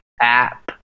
app